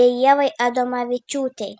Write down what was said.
bei ievai adomavičiūtei